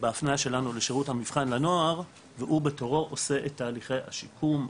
בהפניה שלנו לשירות מבחן לנוער והוא בתורו עושה את תהליכי השיקום,